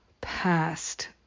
past